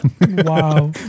Wow